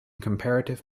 comparative